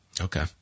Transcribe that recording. Okay